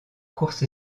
course